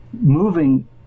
moving